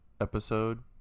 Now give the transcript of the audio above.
episode